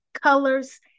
colors